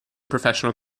professional